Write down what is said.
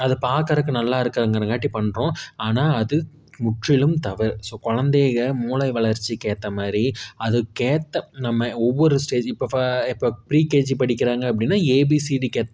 அது பார்க்கறக்கு நல்லா இருக்கிறங்காட்டி பண்ணுறோம் ஆனால் அது முற்றிலும் தவறு ஸோ கொழந்தைகள் மூளை வளர்ச்சிக்கு ஏற்றமாரி அதுக்கேற்ற நம்ம ஒவ்வொரு ஸ்டேஜ் இப்போ இப்போ ப்ரீகேஜி படிக்கிறாங்க அப்படின்னா ஏபிசிடி